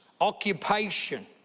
occupation